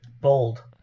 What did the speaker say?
Bold